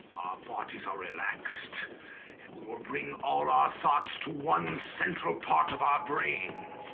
bodies are relaxed and we will bring all our thoughts to one central part of our brain